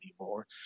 anymore